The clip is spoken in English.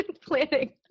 planning